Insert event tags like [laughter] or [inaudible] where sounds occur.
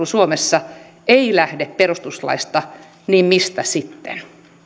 [unintelligible] suomessa ei lähde perustuslaista niin mistä sitten